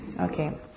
Okay